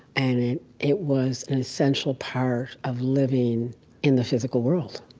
and it it was an essential part of living in the physical world